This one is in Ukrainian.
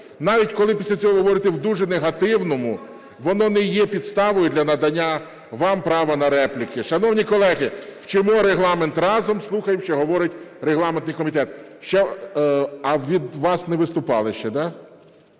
навіть коли після цього ви говорите в дуже негативному, воно не є підставою для надання вам права на репліки. Шановні колеги, вчимо Регламент разом, слухаємо, що говорить регламентний комітет. А від вас не виступали ще, да?